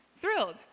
thrilled